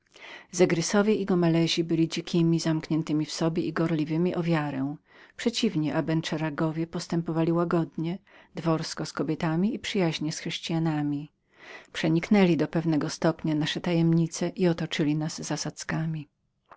zegrisowie i gomelezy byli dzikimi zamkniętymi sami w sobie i gorliwymi o wiarę przeciwnie abenseragi postępowali łagodnie wykształcenie dworsko z kobietami i przyjaźnie z chrześcijanami przeniknęli byli do pewnego stopnia nasze tajemnice i otoczyli nas zasadzkami